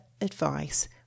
advice